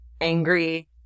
angry